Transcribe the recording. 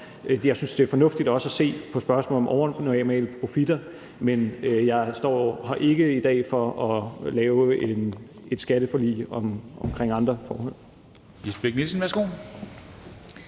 Jeg synes, det er fornuftigt også at se på spørgsmålet om overnormale profitter, men jeg står her ikke i dag for at lave et skatteforlig omkring andre forhold.